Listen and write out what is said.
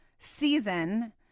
season